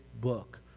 book